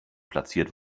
platziert